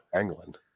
England